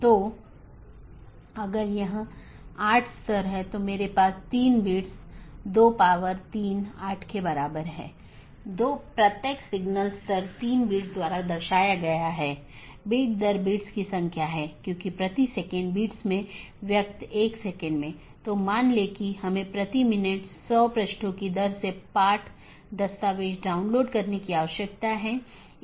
जैसे मैं कहता हूं कि मुझे वीडियो स्ट्रीमिंग का ट्रैफ़िक मिलता है या किसी विशेष प्रकार का ट्रैफ़िक मिलता है तो इसे किसी विशेष पथ के माध्यम से कॉन्फ़िगर या चैनल किया जाना चाहिए